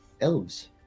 elves